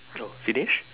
oh finished